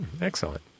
Excellent